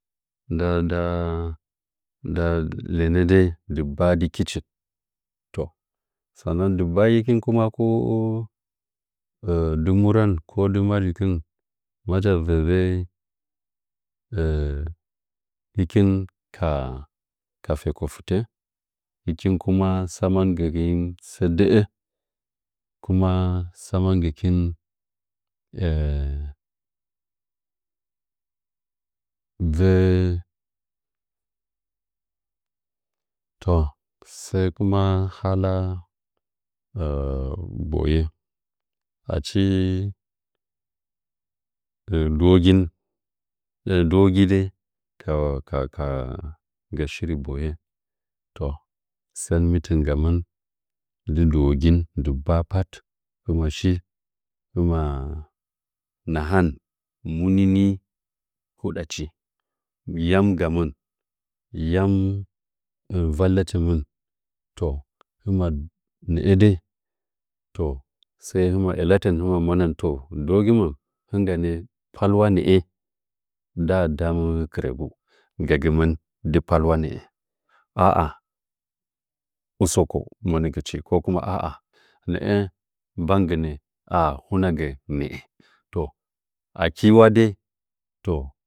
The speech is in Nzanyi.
Nda nda nda lenə dei dɨgba di kichen to sa'anan dɨgba gəkin kuma ko dɨ wuran dɨ madkin macha vəvə həkin kaa ka feko fɨtə hikin kuma tsaman gɨkin sə də'ə kuma samagɨ kin məngikin dzə'ə toh sai kuma hala boye achi ndewogin ndɨwayi dei ka ka shire boyen toh sən mitin gamɨn nggɨ dəwogin dɨgba apat shi ma nahan muni ni huɗa chi yami gamɨn yam vallɨtɨnmɨn toh hɨmna nə'ə dəi toh səi hɨmna iyalatin hɨmna monən toh duwugul nɨngganə palwa nə'ə ndaa da məə kɨrəgu dɨ palwa nə'ə a'a usoko monikinchi koko a'a ah nə'ə bangɨnə are hunə gə bək toh aki wa dei toh